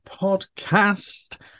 Podcast